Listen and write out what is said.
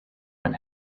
when